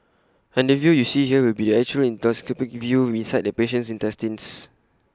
and the view you see here will be the actual endoscopic view inside the patient's intestines